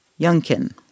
Youngkin